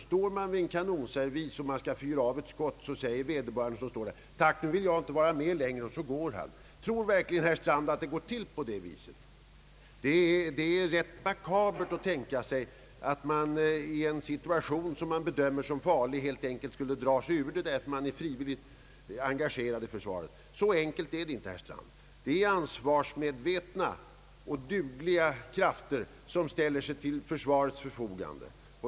Står man vid en kanonservis och har att fyra av ett skott, skall man alltså säga: Tack, nu vill jag inte vara med längre. Sedan går man. Tror verkligen herr Strand att det går till på det viset? Det är makabert att tänka sig att man i en situation, som man bedömer såsom farlig, helt enkelt skulle dra sig ur, därför att man är frivilligt engagerad i försvaret. Så enkelt är det inte, herr Strand. Det är ansvarsmedvetna och dugliga krafter som ställer sig till försvarets förfogande.